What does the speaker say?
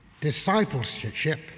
Discipleship